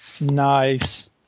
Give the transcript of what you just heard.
Nice